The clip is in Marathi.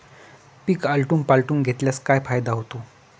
पीक आलटून पालटून घेतल्यास काय फायदा होतो?